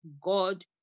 God